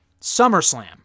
SummerSlam